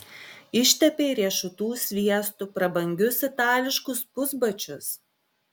ištepei riešutų sviestu prabangius itališkus pusbačius